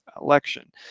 election